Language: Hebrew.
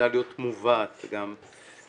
ניסתה להיות מובאת גם בביטול.